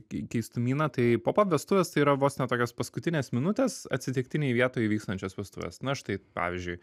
kei keistumyną taip pop ap vestuvės tai yra vos ne tokios paskutinės minutės atsitiktinėj vietoj įvykstančios vestuvės na štai pavyzdžiui